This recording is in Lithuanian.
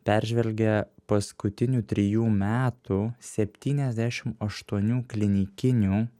peržvelgė paskutinių trijų metų septyniasdešimt aštuonių klinikinių